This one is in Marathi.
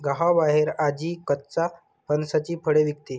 गावाबाहेर आजी कच्च्या फणसाची फळे विकते